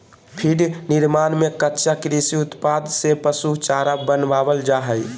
feed निर्माण में कच्चा कृषि उत्पाद से पशु चारा बनावल जा हइ